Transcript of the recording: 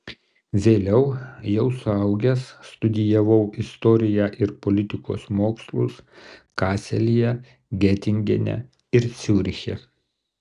vėliau jau suaugęs studijavau istoriją ir politikos mokslus kaselyje getingene ir ciuriche